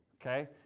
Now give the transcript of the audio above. okay